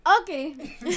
Okay